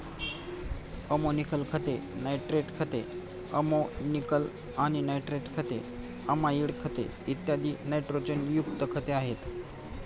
ammoniacal खते, nitrate खते, ammoniacal आणि नायट्रेट खते, अमाइड खते, इत्यादी नायट्रोजनयुक्त खते आहेत